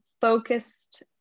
focused